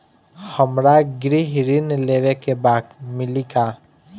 हमरा गृह ऋण लेवे के बा मिली का?